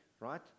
right